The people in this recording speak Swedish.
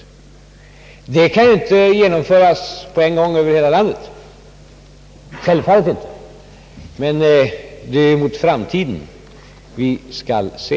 En sådan sak kan självfallet inte genomföras på en gång över hela landet, men det är mot framtiden vi skall se.